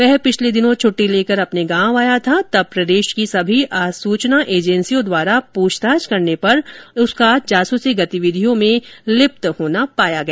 वह पिछले दिनों छट्टी लेकर अपने गांव आया था तब प्रदेश की सभी आसूचनाएं एजेंसियों द्वारा पूछताछ करने पर इसका जासूसी गतिविधियों में लिप्त होना पाया गया